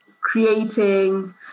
creating